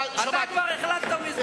אתה כבר החלטת מזמן.